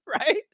Right